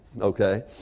Okay